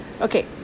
Okay